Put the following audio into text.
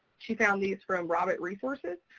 she found these from robbot resources.